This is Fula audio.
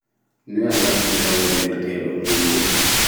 Noi a laɓɓinta wulnirteɗum nyamɗu